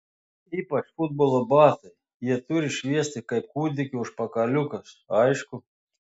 ypač futbolo batai jie turi šviesti kaip kūdikio užpakaliukas aišku